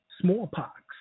smallpox